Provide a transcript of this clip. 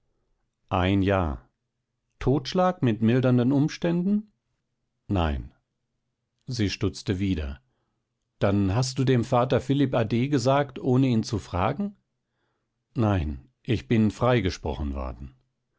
ein jahr totschlag mit mildernden umständen nein sie stutzte wieder dann hast du dem vater philipp ade gesagt ohne ihn zu fragen nein ich bin freigesprochen worden